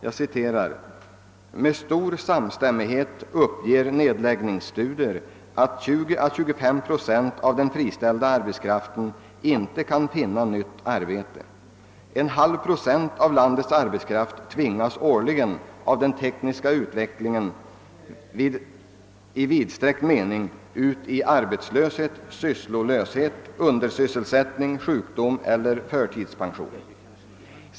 Där sägs: »Med stor samstämmighet uppger nedläggningsstudier, att 20 å 25 Jo av den friställda arbetskraften inte kan finna nytt arbete. En halv procent av landets arbetskraft tvingas årligen av den tekniska utvecklingen i vidsträckt mening ut i arbetslöshet, sysslolöshet, undersysselsättning, sjukdom eller förtidspension.